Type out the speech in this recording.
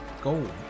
gold